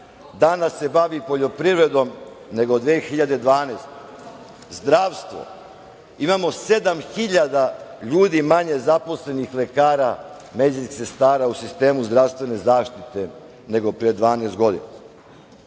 manje bavi poljoprivredom, nego 2012. godine. Zdravstvo. Imamo 7.000 ljudi manje zaposlenih, lekara, medicinskih sestara u sistemu zdravstvene zaštite, nego pre 12 godina. Beograd